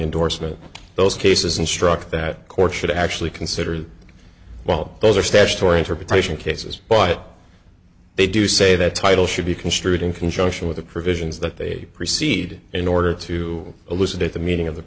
endorsement of those cases i'm struck that court should actually consider well those are statutory interpretation cases but they do say that title should be construed in conjunction with the provisions that they proceed in order to elucidate the meaning of the